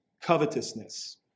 Covetousness